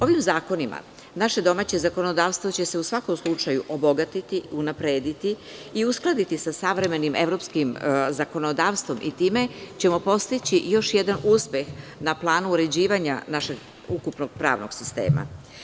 Ovim zakonima naše domaće zakonodavstvo će se u svakom slučaju obogatiti, unaprediti i uskladiti sa savremenim evropskim zakonodavstvom i time ćemo postići još jedan uspeh na planu uređivanja našeg ukupnog pravnog sistema.